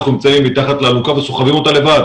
אנחנו נמצאים מתחת לאלונקה וסוחבים אותה לבד